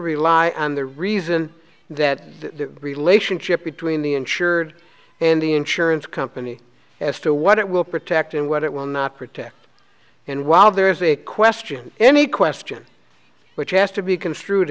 rely on the reason that the relationship between the insured and the insurance company as to what it will protect and what it will not protect and while there is a question any question which has to be construed